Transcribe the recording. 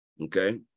Okay